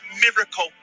miracle